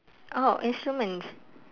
oh instruments